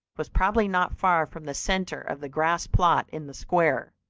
was probably not far from the centre of the grassplot in the square.